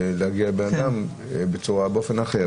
להגיע לאדם באופן אחר.